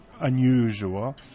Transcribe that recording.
unusual